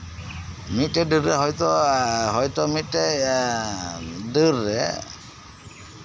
ᱢᱤᱫᱴᱮᱱ ᱰᱷᱟᱹᱨᱣᱟᱹᱜ ᱦᱳᱭᱛᱳ ᱦᱳᱭᱛᱳ ᱢᱤᱫᱴᱮᱱ ᱰᱟᱹᱨ ᱨᱮ